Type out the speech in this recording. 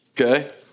Okay